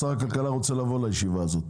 שר הכלכלה רוצה לבוא לישיבה הזאת,